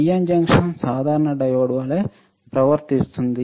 PN junction సాధారణ diode వలె ప్రవర్తిస్తుంది